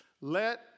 let